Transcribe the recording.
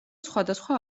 სხვადასხვა